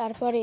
তারপরে